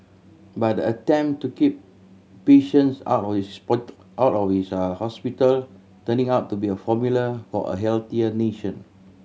but the attempt to keep patients out of out of is a hospital turning out to be a formula for a healthier nation